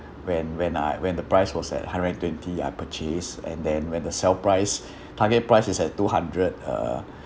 when when I when the price was at hundred and twenty I purchase and then when the sell price target price is at two hundred uh